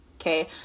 okay